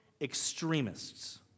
extremists